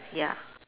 ya